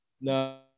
No